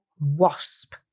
wasp